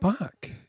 back